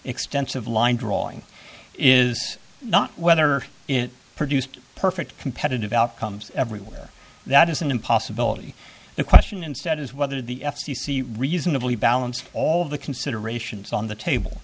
extensive line drawing is not whether it produced perfect competitive outcomes everywhere that is an impossibility the question instead is whether the f c c reasonably balanced all of the considerations on the table